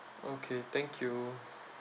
okay thank you